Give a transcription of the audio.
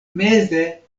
meze